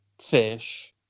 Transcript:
fish